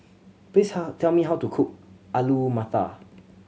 please tell me how to cook Alu Matar